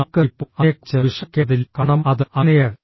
നമുക്ക് ഇപ്പോൾ അതിനെക്കുറിച്ച് വിഷമിക്കേണ്ടതില്ല കാരണം അത് അങ്ങനെയല്ല